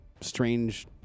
strange